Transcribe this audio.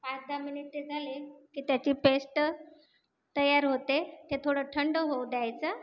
पाच दहा मिनिट ते झाले की त्याची पेस्ट तयार होते ते थोडं थंड होऊ द्यायचं